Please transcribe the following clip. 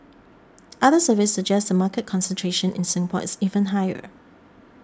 other surveys suggest the market concentration in Singapore is even higher